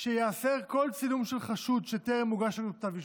שייאסר כל צילום של חשוד שטרם הוגש נגדו כתב אישום.